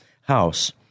house